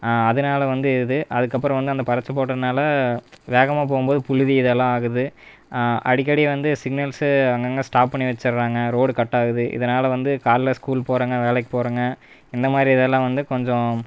அதனால் வந்து இது அதுக்கப்புறம் வந்து அந்த பறிச்சி போட்டதுனால வேகமாக போகும்போது புழுதி இதெல்லாம் ஆகுது அடிக்கடி வந்து சிக்னல்ஸு அங்கங்கே ஸ்டாப் பண்ணி வைச்சிடுறாங்க ரோடு கட்டாகுது இதனால் வந்து காலைல ஸ்கூல் போறவுங்க வேலைக்கு போகிறவுங்க இந்த மாதிரி இதெல்லாம் வந்து கொஞ்சம்